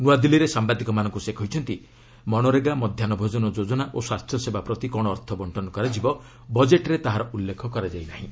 ନୃଆଦିଲ୍ଲୀରେ ସାମ୍ବାଦିକମାନଙ୍କୁ ସେ କହିଛନ୍ତି ମଧ୍ୟାହ୍ନ ଭୋଜନ ଯୋଜନା ଓ ସ୍ୱାସ୍ଥ୍ୟସେବା ପ୍ରତି କ'ଣ ଅର୍ଥ ବଣ୍ଟନ କରାଯିବ ବଜେଟ୍ରେ ତାହାର ଉଲ୍ଲେଖ କରାଯାଇ ନାହିଁ